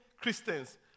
Christians